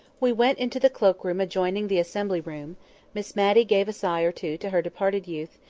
we went into the cloak-room adjoining the assembly room miss matty gave a sigh or two to her departed youth,